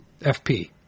FP